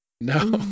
No